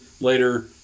later